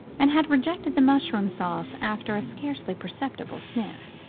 and had rejected the mushroom sauce after a scarcely perceptible sniff.